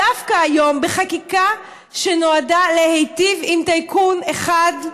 דווקא היום, בחקיקה שנועדה להיטיב עם טייקון אחד,